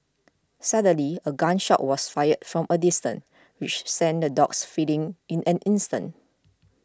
suddenly a gun shot was fired from a distance which sent the dogs fleeing in an instant